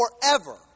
forever